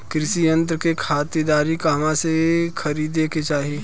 कृषि यंत्र क खरीदारी कहवा से खरीदे के चाही?